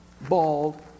bald